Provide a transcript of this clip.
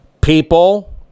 People